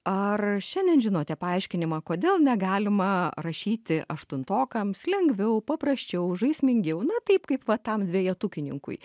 ar šiandien žinote paaiškinimą kodėl negalima rašyti aštuntokams lengviau paprasčiau žaismingiau na taip kaip va tam dvejetukininkui